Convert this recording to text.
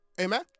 amen